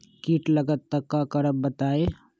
कीट लगत त क करब बताई?